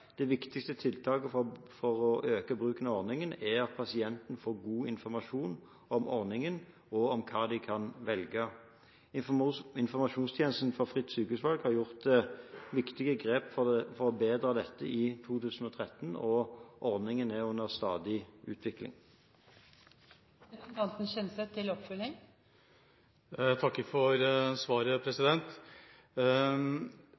Det viktigste tiltaket for å øke bruken av ordningen er at pasienten får god informasjon om ordningen og om hva de kan velge. Informasjonstjenesten for fritt sykehusvalg har gjort viktige grep for å forbedre dette i 2013, og ordningen er i stadig utvikling. Jeg takker for svaret.